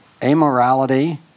amorality